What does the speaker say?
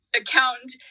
accountant